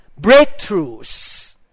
breakthroughs